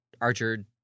Archer